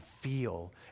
feel